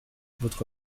votre